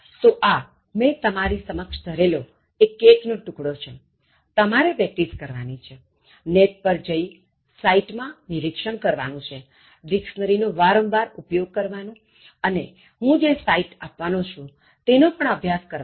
તોઆ મેં તમારી સમક્ષ ધરેલો એક કેક નો ટૂકડો છેતમારે પ્રેક્ટિસ કરવાની છેનેટ પર જઈ સાઇટ માં નિરિક્ષણ કરવાનું છેડિક્ષનરી નો વારંવાર ઉપયોગ કરવાનો અને હું જે સાઇટ આપવાની છું તેનો પણ અભ્યાસ કરવાનો છે